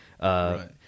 Right